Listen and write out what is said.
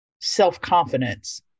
self-confidence